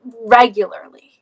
regularly